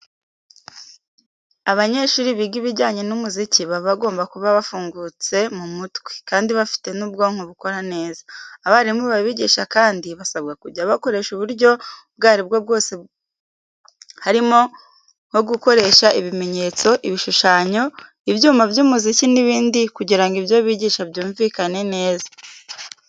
Abanyeshuri biga ibijyanye n'umuziki baba bagomba kuba bafungutse mu mutwe kandi bafite n'ubwonko bukora neza. Abarimu babigisha kandi basabwa kujya bakoresha uburyo ubwo ari bwo bwose harimo nko gukoresha ibimenyetso, ibishushanyo, ibyuma by'umuziki n'ibindi kugira ngo ibyo bigisha byumvikane neza.